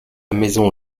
maison